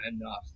enough